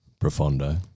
profondo